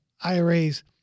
IRAs